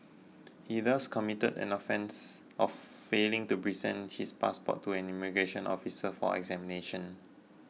he thus committed an offence of failing to present his passport to an immigration officer for examination